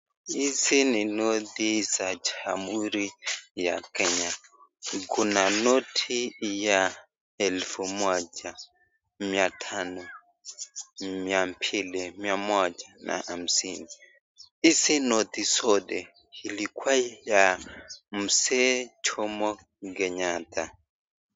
Hizi ni noti za jamuhuri ya Kenya. Kuna noti ya elfu moja, mia tano, mia mbili, mia moja na hamsini. Hizi noti zote ilikuwa ya Mzee Jomo Kenyatta.